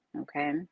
okay